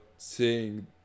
seeing